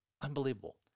Unbelievable